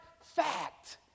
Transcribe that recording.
fact